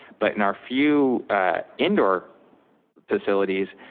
but in our few indoor facilities,